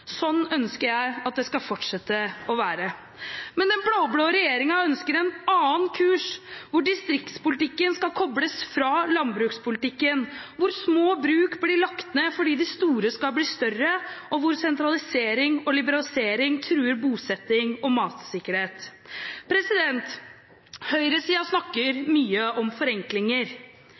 Sånn ønsker jeg at det skal fortsette å være, men den blå-blå regjeringen ønsker en annen kurs hvor distriktspolitikken skal kobles fra landbrukspolitikken, hvor små bruk blir lagt ned fordi de store skal bli større, og hvor sentralisering og liberalisering truer bosetting og matsikkerhet. Høyresiden snakker mye om forenklinger,